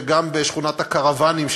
וגם בשכונת-הקרוונים בבת-ים,